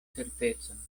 certecon